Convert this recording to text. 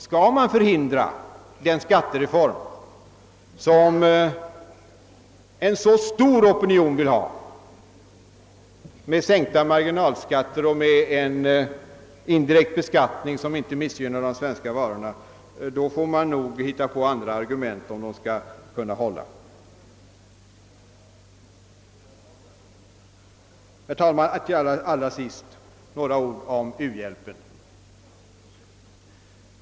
Skall man förhindra den skattereform som en så stor opinion vill ha med sänkta marginalskatter och med en indirekt beskattning som inte missgynnar de svenska varorna, så får man nog hitta på andra argument om det skall kunna hålla. Herr talman! Allra sist några ord om u-hjälpen.